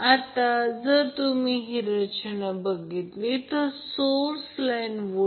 आता प्रश्न असा आहे की जर ही गोष्ट कमी केली तर ती स्पष्टीकरणासाठी प्रथम असेल